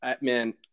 man